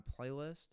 playlist